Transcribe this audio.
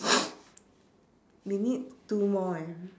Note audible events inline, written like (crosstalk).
(noise) we need two more eh